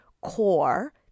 core